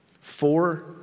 Four